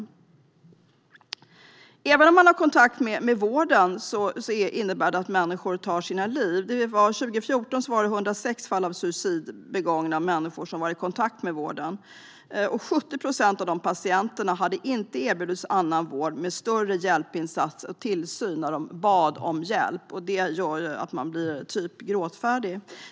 Även människor som har kontakt med vården tar sina liv. År 2014 hade 106 suicidfall varit i kontakt med vården. 70 procent av dessa patienter erbjöds inte vård med större hjälpinsats och tillsyn när de bad om hjälp. Det gör mig gråtfärdig.